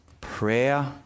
Prayer